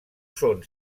són